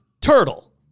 Turtle